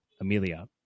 Amelia